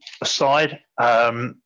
aside